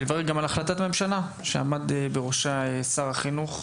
ולברך גם על החלטת ממשלה שעמד בראשה שר החינוך,